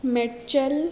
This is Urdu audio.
مرچل